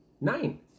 nine